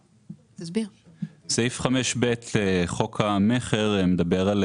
סעיף 5ב לחוק המכר מדבר על